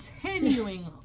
Continuing